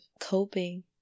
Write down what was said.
coping